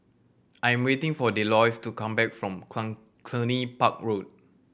I am waiting for Delois to come back from Cluny Park Road